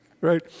Right